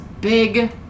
big